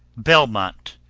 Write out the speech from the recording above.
belmont.